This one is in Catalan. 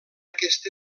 aquest